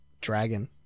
dragon